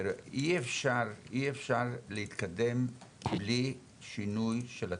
אי אפשר להתקדם בלי שינוי של התקנות,